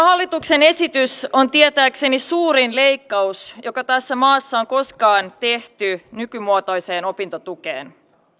hallituksen esitys on tietääkseni suurin leikkaus joka tässä maassa on koskaan tehty nykymuotoiseen opintotukeen